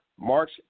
March